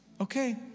okay